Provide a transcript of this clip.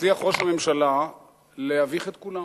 הצליח ראש הממשלה להביך את כולם.